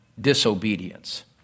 disobedience